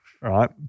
right